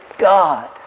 God